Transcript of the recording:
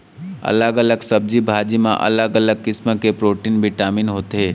अलग अलग सब्जी भाजी म अलग अलग किसम के प्रोटीन, बिटामिन होथे